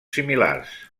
similars